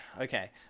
Okay